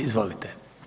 Izvolite.